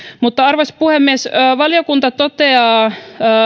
arvoisa puhemies valiokunta